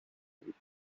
بود